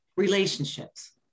relationships